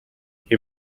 you